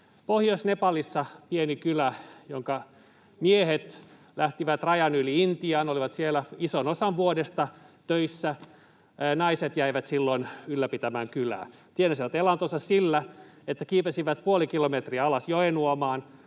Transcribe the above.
Pohjois-Nepalissa on pieni kylä, jonka miehet lähtivät rajan yli Intiaan, olivat siellä ison osan vuodesta töissä. Naiset jäivät silloin ylläpitämään kylää. He tienasivat elantonsa sillä, että kiipesivät puoli kilometriä alas joenuomaan,